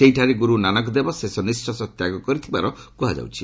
ସେହିଠାରେ ଗୁରୁ ନାନକ ଦେବ ଶେଷ ନିଶ୍ୱାସ ତ୍ୟାଗ କରିଥିବାର କୁହାଯାଉଛି